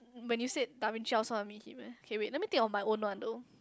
when you said Da-Vinci I also want to meet him eh okay wait let me think of my own one though